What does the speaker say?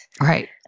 Right